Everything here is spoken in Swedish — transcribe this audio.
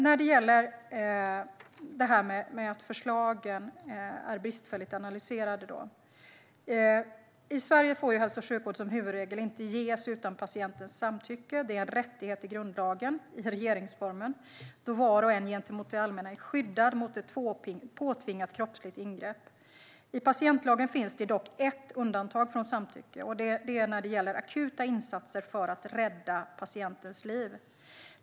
När det gäller att förslagen är bristfälligt analyserade är det så att hälso och sjukvård inte får ges i Sverige utan patientens samtycke. Det är en rättighet i grundlagen - regeringsformen - då var och en är skyddad gentemot det allmänna mot ett påtvingat kroppsligt ingrepp. I patientlagen finns det dock ett undantag från samtycke, och det gäller akuta insatser för att rädda patientens liv.